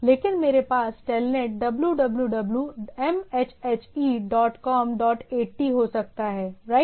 लेकिन मेरे पास TELNET www mhhe dot com dot 80 हो सकता हैराइट